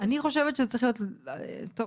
אני חושבת שזה צריך להיות טוב,